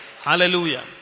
Hallelujah